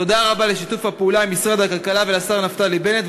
תודה רבה על שיתוף הפעולה עם משרד הכלכלה ונפתלי בנט,